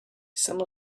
some